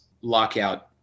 lockout